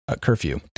Curfew